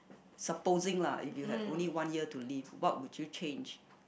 supposing lah if you had only one year to live what would you change